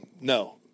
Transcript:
No